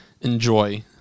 enjoy